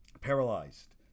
paralyzed